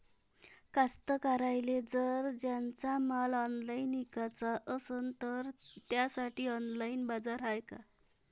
कास्तकाराइले जर त्यांचा माल ऑनलाइन इकाचा असन तर त्यासाठी ऑनलाइन बाजार हाय का?